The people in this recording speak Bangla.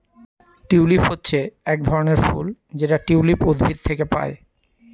টিউলিপ হচ্ছে এক ধরনের ফুল যেটা টিউলিপ উদ্ভিদ থেকে পায়